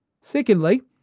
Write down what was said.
Secondly